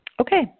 Okay